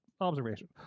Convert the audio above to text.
observation